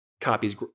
copies